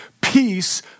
peace